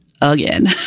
again